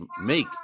make